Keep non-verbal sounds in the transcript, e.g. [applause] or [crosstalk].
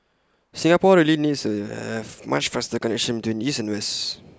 Singapore really needs to have A [hesitation] much faster connection to east and west